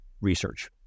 research